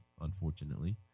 unfortunately